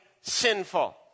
sinful